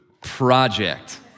project